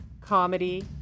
comedy